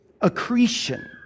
accretion